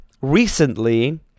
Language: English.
recently